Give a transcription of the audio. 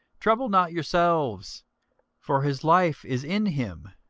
trouble not yourselves for his life is in him.